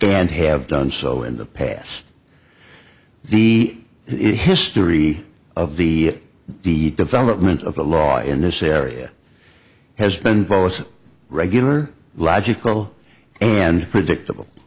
and have done so in the past the history of the d development of the law in this area has been policy regular logical and predictable